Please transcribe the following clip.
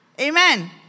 Amen